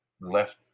left